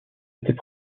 étaient